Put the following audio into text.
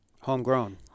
homegrown